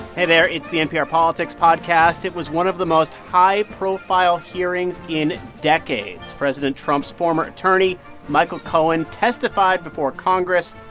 hey there. it's the npr politics podcast. it was one of the most high-profile hearings in decades. president trump's former attorney michael cohen testified before congress.